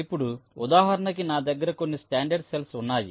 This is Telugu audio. ఇప్పుడు ఉదాహరణకి నా దగ్గర కొన్ని స్టాండర్డ్ సెల్స్ ఉన్నాయి